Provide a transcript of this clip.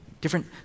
Different